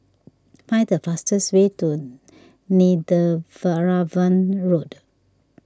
find the fastest way to Netheravon Road